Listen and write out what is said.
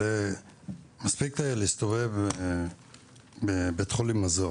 מספיק להסתובב בבית חולים מזור